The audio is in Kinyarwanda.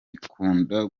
ikunda